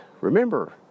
remember